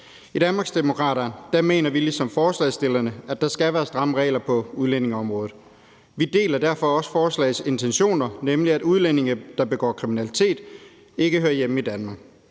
forslagsstillerne, at der skal være stramme regler på udlændingeområdet. Vi deler derfor også forslagets intentioner, nemlig at udlændinge, der begår kriminalitet, ikke hører hjemme i Danmark.